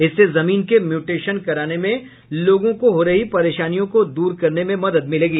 इससे जमीन के म्यूटेशन कराने में लोगों को हो रही परेशानियों को दूर करने में मदद मिलेगी